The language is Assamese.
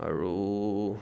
আৰু